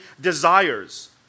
desires